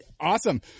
Awesome